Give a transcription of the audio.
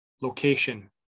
location